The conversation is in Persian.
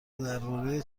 درباره